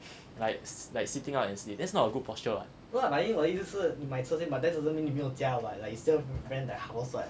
like like sitting up and sleep that's not a good posture [what]